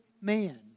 man